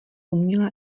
umělá